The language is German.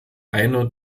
einer